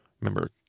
Remember